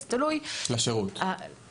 לשירות, אני מדבר על השירות.